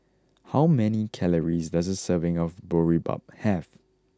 how many calories does a serving of Boribap have